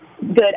good